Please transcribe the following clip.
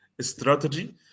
strategy